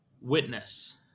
witness